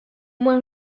moins